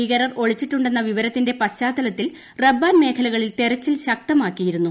ഭീകരർ ഒളിച്ചിട്ടുണ്ടെന്ന വിവരത്തിന്റെ പശ്ചാത്തലത്തിൽ റെബ്ബാൻ മേഖലകളിൽ തെരച്ചിൽ ശക്തമാക്കിയിരുന്നു